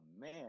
man